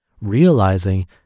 realizing